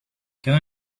can